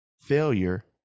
Failure